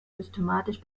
systematisch